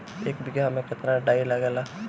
एक बिगहा में केतना डाई लागेला?